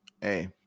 hey